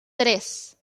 tres